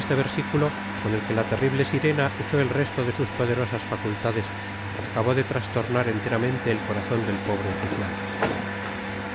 este versiculo con que la terrible sirena echó el resto de sus poderosas facultades acabó de trastornar enteramente el corazon del pobre oficial